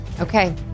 Okay